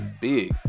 big